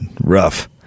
rough